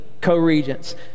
co-regents